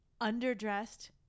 underdressed